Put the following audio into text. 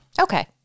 Okay